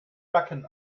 backen